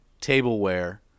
tableware